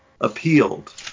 appealed